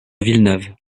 villeneuve